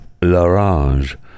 Lorange